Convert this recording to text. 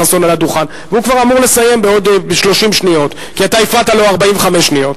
אני מסתכל לך בעיניים ואני אומר לך חבר הכנסת בן-ארי,